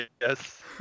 Yes